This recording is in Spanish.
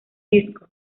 disco